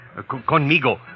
Conmigo